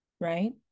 right